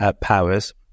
powers